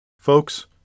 Folks